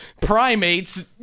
primates